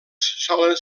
solen